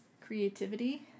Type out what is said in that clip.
creativity